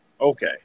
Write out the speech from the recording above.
Okay